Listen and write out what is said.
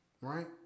right